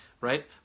right